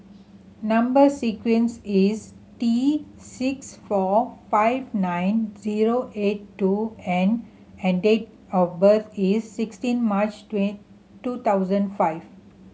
number sequence is T six four five nine zero eight two N and date of birth is sixteen March two thousand five